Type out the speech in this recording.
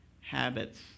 habits